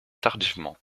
tardivement